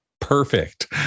Perfect